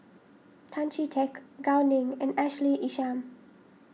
Tan Chee Teck Gao Ning and Ashley Isham